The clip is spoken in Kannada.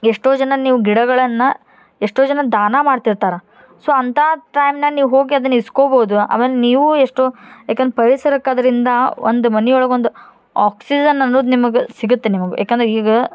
ಎಷ್ಟೋ ಜನ ನೀವು ಗಿಡಗಳನ್ನು ಎಷ್ಟೋ ಜನ ದಾನ ಮಾಡ್ತಿರ್ತಾರೆ ಸೊ ಅಂತ ಟೈಮ್ನಾಗ ನೀವು ಹೋಗಿ ಅದನ್ನು ಇಸ್ಕೊಬೋದು ಆಮೇಲೆ ನೀವೂ ಎಷ್ಟೋ ಯಾಕಂದ್ರೆ ಪರಿಸರಕ್ಕೆ ಅದರಿಂದ ಒಂದು ಮನೆ ಒಳಗೊಂದು ಆಕ್ಸಿಜನ್ ಅನ್ನುದು ನಿಮಗೆ ಸಿಗತ್ತೆ ನಿಮಗೆ ಏಕಂದ್ರೆ ಈಗ